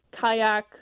kayak